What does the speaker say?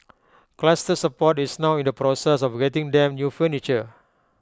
Cluster support is now in the process of getting them new furniture